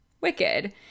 wicked